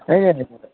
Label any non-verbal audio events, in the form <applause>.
<unintelligible>